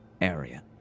area